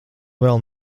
vēl